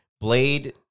Blade